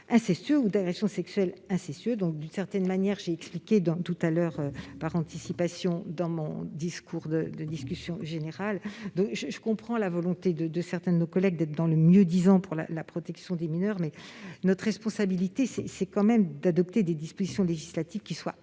incestueux ou l'agression sexuelle incestueuse. Comme je l'ai expliqué par anticipation dans mon discours lors de la discussion générale, je comprends la volonté de certains de nos collègues d'être dans le mieux-disant pour la protection des mineurs, mais notre responsabilité est d'adopter des dispositions législatives qui soient applicables